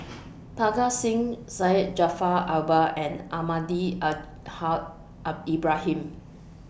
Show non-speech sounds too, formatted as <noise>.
Parga Singh Syed Jaafar Albar and Almahdi Al Haj <unintelligible> Ibrahim